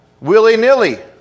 willy-nilly